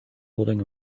holding